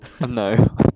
No